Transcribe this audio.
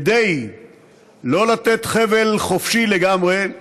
כדי לא לתת חבל חופשי לגמרי,